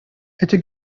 эти